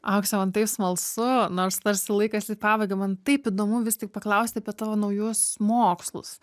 aukse man taip smalsu nors tarsi laikas į pabaigą man taip įdomu vis tik paklausti apie tavo naujuosius mokslus